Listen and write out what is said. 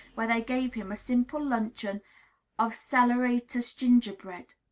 where they gave him a simple luncheon of saleratus gingerbread.